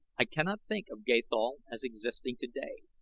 i cannot think of gathol as existing today,